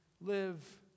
live